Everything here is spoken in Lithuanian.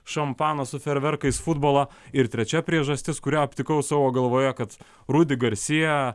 šampanu su fejerverkais futbolą ir trečia priežastis kurią aptikau savo galvoje kad rudi garcia